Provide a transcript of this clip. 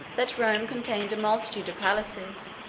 that rome contained a multitude of palaces,